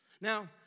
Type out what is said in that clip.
Now